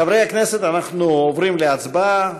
חברי הכנסת, אנחנו עוברים להצבעה.